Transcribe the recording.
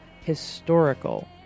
historical